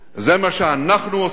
זה מה שאנחנו עושים,